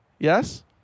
Yes